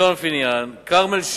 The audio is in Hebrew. ציון פיניאן, כרמל שאמה,